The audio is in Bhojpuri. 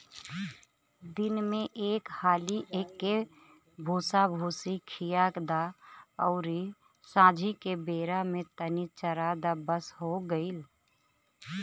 दिन में एक हाली एके भूसाभूसी खिया द अउरी सांझी के बेरा में तनी चरा द बस हो गईल